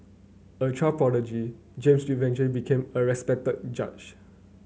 a child prodigy James eventually became a respected judge